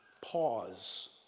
pause